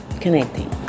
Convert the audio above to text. connecting